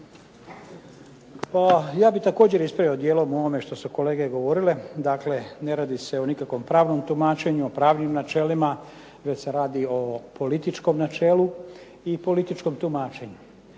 ja bih također ispravio dijelom u ovome što su kolege govorile, dakle ne radi se o nikakvom pravnom tumačenju, o pravnim načelima, već se radi o političkom načelu i političkom tumačenju.